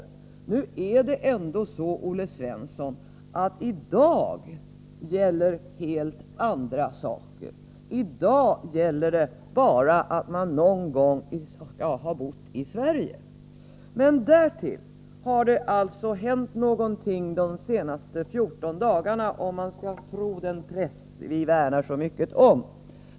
I dag gäller ändå, Olle Svensson, helt andra saker. F.n. finns bara den regeln att man någon gång skall ha bott i Sverige. Men det har hänt någonting under de senaste 14 dagarna — om man skall tro den press som vi värnar så mycket om.